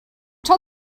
told